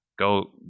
Go